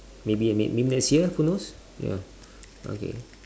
maybe maybe m~ next year who knows ya okay